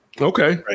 Okay